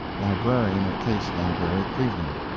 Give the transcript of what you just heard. librarian of case library, cleveland.